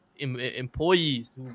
employees